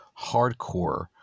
hardcore